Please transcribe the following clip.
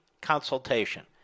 consultation